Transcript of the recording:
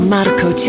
Marco